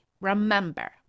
remember